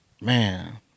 man